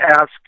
ask